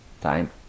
time